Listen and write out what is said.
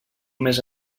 més